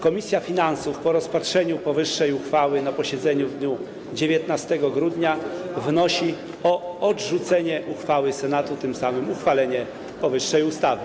Komisja finansów, po rozpatrzeniu powyższej uchwały na posiedzeniu w dniu 19 grudnia, wnosi o odrzucenie uchwały Senatu, a tym samym uchwalenie powyższej ustawy.